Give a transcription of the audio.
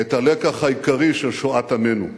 את הלקח העיקרי של שואת עמנו.